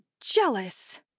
jealous